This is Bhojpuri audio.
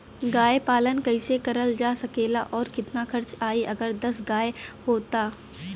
गाय पालन कइसे करल जा सकेला और कितना खर्च आई अगर दस गाय हो त?